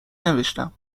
نوشتم